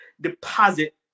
deposit